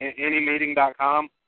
anymeeting.com